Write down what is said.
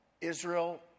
Israel